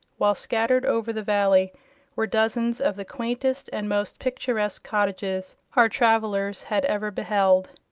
while scattered over the valley were dozens of the quaintest and most picturesque cottages our travelers had ever beheld.